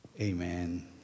Amen